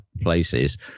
places